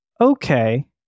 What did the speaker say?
okay